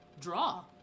draw